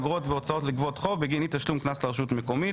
אגרות והוצאות לגבות חוב בגין אי-תשלום קנס לרשות מקומית